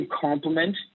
complement